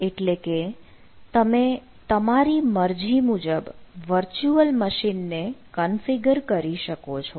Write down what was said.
એટલે કે તમે તમારી મરજી મુજબ વર્ચુઅલ મશીન કન્ફિગર કરી શકો છો